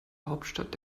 hauptstadt